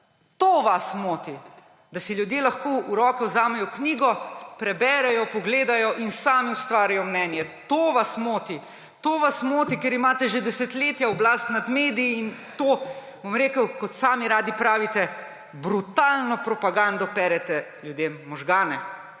To vas moti, da si ljudje lahko v roke vzamejo knjigo, preberejo, pogledajo in sami ustvarijo mnenje. To vas moti! To vas moti, ker imate že desetletja oblast nad mediji in s to, bom rekel, kot sami radi pravite, brutalno propagando perete ljudem možgane.